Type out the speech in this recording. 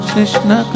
Krishna